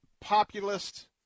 populist